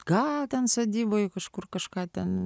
ką ten sodyboje kažkur kažką ten